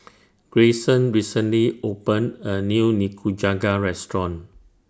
Greyson recently opened A New Nikujaga Restaurant